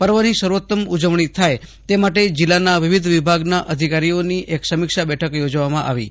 પર્વની સર્વોત્તમ ઉજવજી થાય તે માટે જિલ્લાના વિવિધ વિભાગના અધિકારીઓની એક સમિક્ષા બેઠક યોજવામાં આવી છે